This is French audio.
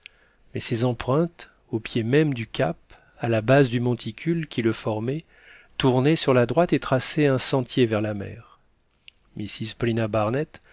mais ces empreintes au pied même du cap à la base du monticule qui le formait tournaient sur la droite et traçaient un sentier vers la mer mrs paulina barnett